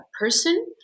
person